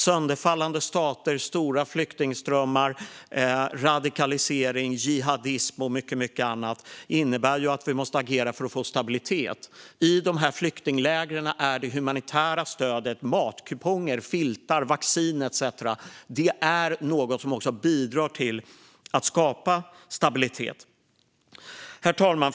Sönderfallande stater, stora flyktingströmmar, radikalisering, jihadism och mycket annat innebär att vi måste agera för att få stabilitet. I flyktinglägren är det humanitära stödet - matkuponger, filtar, vaccin etcetera - något som också bidrar till att skapa stabilitet. Herr talman!